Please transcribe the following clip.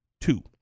Two